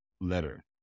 letter